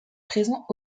présent